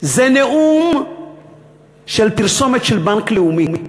זה נאום של פרסומת של בנק לאומי.